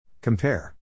Compare